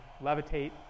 levitate